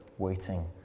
waiting